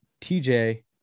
TJ